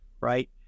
right